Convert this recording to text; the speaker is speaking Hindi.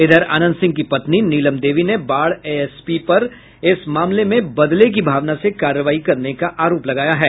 इधर अनंत सिंह की पत्नी नीलम देवी ने बाढ़ एएसपी पर इस मामले में बदले की भावना से कार्रवाई करने का आरोप लगाया है